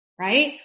right